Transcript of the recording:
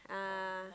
uh